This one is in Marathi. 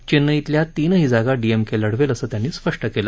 चेन्नईतल्या तिनही जागा डीएमके लढवेल असं त्यांनी स्पष्ट केलं